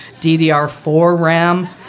DDR4-RAM